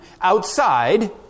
outside